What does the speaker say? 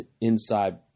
inside